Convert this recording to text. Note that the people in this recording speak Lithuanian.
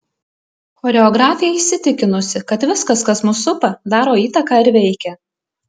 choreografė įsitikinusi kad viskas kas mus supa daro įtaką ir veikia